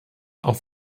auf